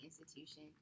institution